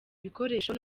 ibikoresho